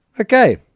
Okay